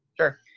Sure